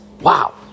Wow